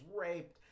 raped